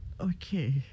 Okay